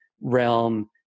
realm